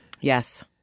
Yes